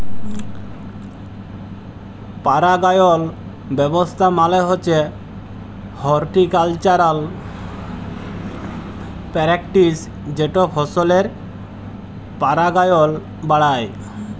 পারাগায়ল ব্যাবস্থা মালে হছে হরটিকালচারাল প্যারেকটিস যেট ফসলের পারাগায়ল বাড়ায়